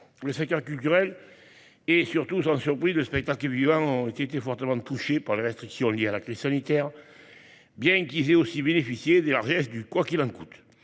Le secteur culturel et surtout, sans surprise, le spectacle vivant ont été fortement touchés par les restrictions liées à la crise sanitaire, bien qu'ils aient aussi bénéficié des largesses du « quoi qu'il en coûte ».